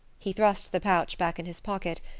he thrust the pouch back in his pocket,